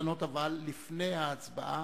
אבל לפני ההצבעה,